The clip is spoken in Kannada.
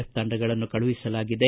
ಎಫ್ ತಂಡಗಳನ್ನು ಕಳಿಸಲಾಗಿದೆ